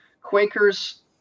Quakers